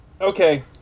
Okay